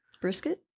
Brisket